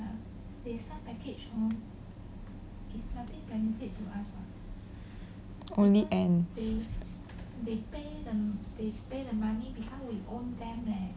only ann